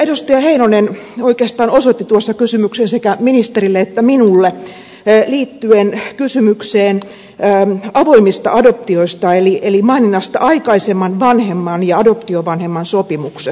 edustaja heinonen oikeastaan osoitti tuossa kysymyksen sekä ministerille että minulle liittyen kysymykseen avoimista adoptioista eli maininnasta aikaisemman vanhemman ja adoptiovanhemman sopimuksesta